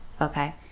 okay